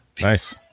Nice